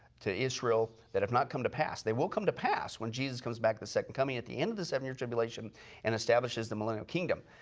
to israel, that have not come to pass. they will come to pass when jesus comes back at the second coming at the end of the seven year tribulation and establishes the millennial kingdom.